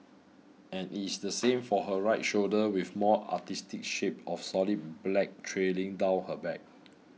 and it is the same for her right shoulder with more artistic shapes of solid black trailing down her back